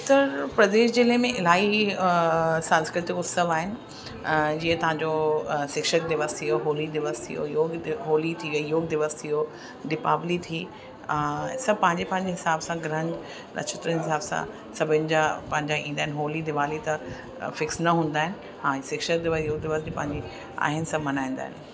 उत्तर प्रदेश जिले में इलाही सांस्कृतिक उत्सव आहिनि जीअं तव्हां जो शिक्षक दिवस थी वियो होली दिवस थी वियो योग दि होली थी वयी योग दिवस थी वियो दीपावली थी सभु पंहिंजे पंहिंजे हिसाब सां ग्रहनि नक्षत्र जे हिसाब सां सभिनि जा पंहिंजा ईंदा आहिनि होली दीवाली त फ़िक्स न हूंदा आहिनि ऐं शिक्षक दिवस योग दिवस बि पंहिंजी हीउ सभु बि मल्हाईंदा आहिनि